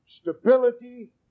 stability